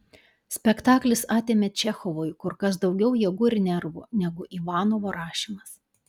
spektaklis atėmė čechovui kur kas daugiau jėgų ir nervų negu ivanovo rašymas